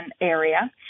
area